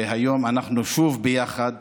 והיום אנחנו שוב ביחד